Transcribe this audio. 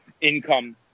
income